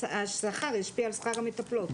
השכר ישפיע על שכר המטפלות.